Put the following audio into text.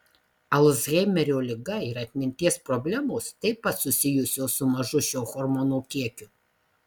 alzheimerio liga ir atminties problemos taip pat susijusios su mažu šio hormono kiekiu